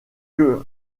que